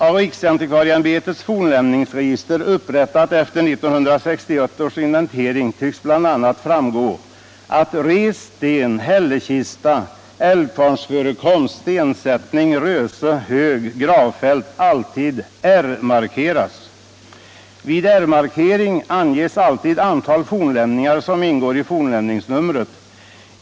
Av riksantikvarieämbetets fornlämningsregister, upprättat efter 1961 års inventering, tycks bl.a. framgå att rest sten, hällkista, älvkvarnsförekomst, stensättning, röse, hög och gravfält alltid R-markeras. Vid R-markering anges alltid antal fornlämningar som ingår i fornlämningsnumret.